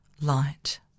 light